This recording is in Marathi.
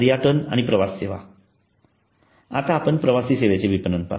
पर्यटन आणि प्रवास सेवा आता आपण प्रवासी सेवेचे विपणन पाहू